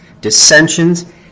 Dissensions